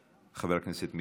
חברת הכנסת גרמן, בבקשה.